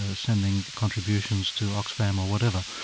ah sending contributions to oxfam or whatever,